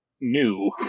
new